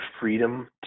freedom